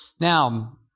Now